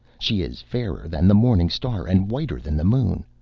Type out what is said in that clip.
she is fairer than the morning star, and whiter than the moon.